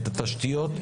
את התשתיות,